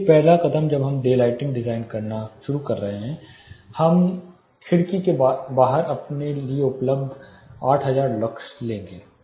इसलिए पहला कदम जब हम डेलाइटिंग डिजाइन करना शुरू कर रहे हैं हम खिड़की के बाहर हमारे लिए उपलब्ध 8000 लक्स लेंगे